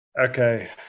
Okay